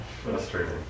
Frustrating